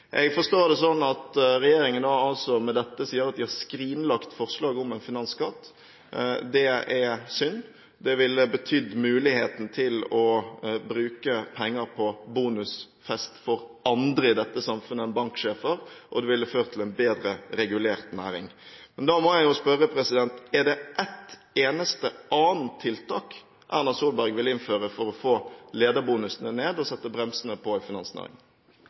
Jeg forstår det sånn at regjeringen med dette sier at de har skrinlagt forslaget om en finansskatt. Det er synd. Det ville betydd muligheten til å bruke penger på bonusfest for andre i dette samfunnet enn banksjefer, og det ville ført til en bedre regulert næring. Da må jeg spørre: Er det ett eneste annet tiltak Erna Solberg vil innføre for å få lederbonusene ned og sette bremsene på